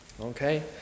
Okay